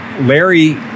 Larry